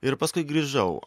ir paskui grįžau